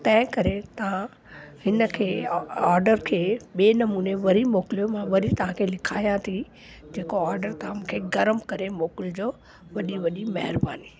तंहिं करे तव्हां हिन खे ऑडर खे ॿिए नमूने वरी मोकलियो मां वरी तव्हांखे लिखाया थी जेको ऑडर तव्हां मूंखे गर्म करे मोकलजो वॾी वॾी महिरबानी